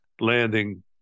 landing